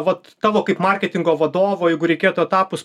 vat tavo kaip marketingo vadovo jeigu reikėtų etapus